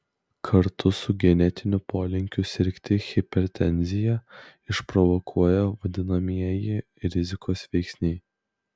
kartu su genetiniu polinkiu sirgti hipertenziją išprovokuoja vadinamieji rizikos veiksniai